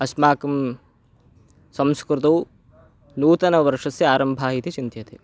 अस्माकं संस्कृतेः नूतनवर्षस्य आरम्भः इति चिन्त्यते